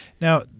Now